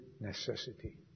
necessity